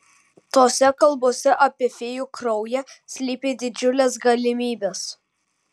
tose kalbose apie fėjų kraują slypi didžiulės galimybės